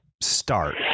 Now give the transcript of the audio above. start